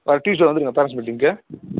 வர்ற டுயூஸ்டே வந்துடுங்க பேரெண்ட்ஸ் மீட்டிங்க்கு